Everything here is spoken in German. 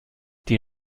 die